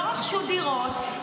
לא רכשו דירות,